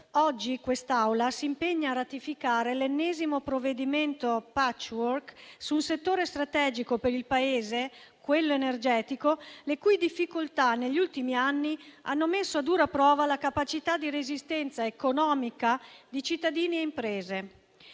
oggi l'Assemblea si impegna a ratificare l'ennesimo provvedimento *patchwork* su un settore strategico per il Paese, quello energetico, le cui difficoltà, negli ultimi anni, hanno messo a dura prova la capacità di resistenza economica di cittadini e imprese.